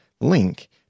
link